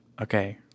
okay